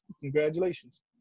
Congratulations